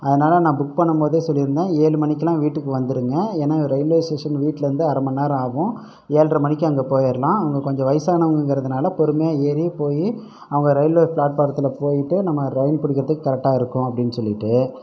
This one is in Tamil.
அதனால் நான் புக் பண்ணும்போதே சொல்லியிருந்தேன் ஏழு மணிக்கெல்லாம் வீட்டுக்கு வந்துடுங்க ஏன்னா ரயில்வே ஸ்டேஷன் வீட்டுலேருந்து அரை மணிநேரம் ஆகும் ஏழர மணிக்கு அங்கே போயிறலாம் அவங்க கொஞ்சம் வயசானவங்கங்கறதுனால் பொறுமையாக ஏறி போய் அவங்க ரயில்வே ப்ளாட்பாரத்தில் போயிட்டு நம்ம ரயின் பிடிக்கிறதுக்கு கரெக்ட்டாக இருக்கும் அப்படின்னு சொல்லிவிட்டு